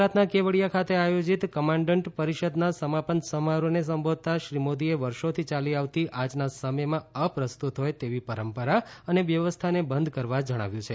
ગુજરાતના કેવડિયા ખાતે આયોજિત કમાન્ડન્ટ પરિષદના સમાપન સમારોહને સંબોધતાં શ્રી મોદીએ વર્ષોથી યાલી આવતી આજના સમયમાં અપ્રસ્તુત હોય તેવી પરંપરા અને વ્યવસ્થાને બંધ કરવા જણાવ્યું છે